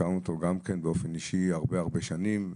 הכרנו אותו גם כן באופן אישי הרבה-הרבה שנים,